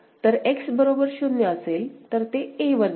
तर x बरोबर 0 असेल तर ते a वर जाईल